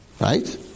Right